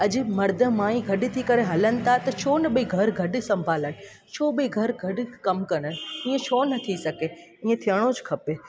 अॼु मर्द माई गॾु थी करे हलनि था त छो न भई घरु गॾु संभालनि छो भई घरु गॾु कमु करणु ईअं छो न थी सघे ईअं थियणो खपे